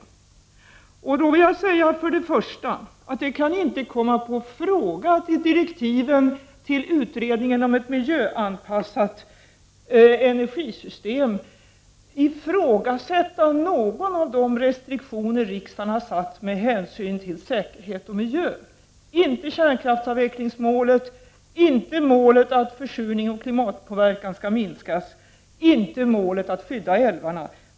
Först och främst vill jag säga att det inte kan komma på fråga att i direktiven till utredningen om ett miljöanpassat energisystem ifrågasätta någon av de restriktioner riksdagen har satt med hänsyn till säkerhet och miljö, dvs.inte kärnkraftsavvecklingsmålet, inte målet att försurning och klimatpåverkan skall minskas och inte målet att skydda älvarna.